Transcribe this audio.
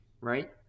Right